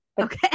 Okay